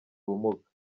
ubumuga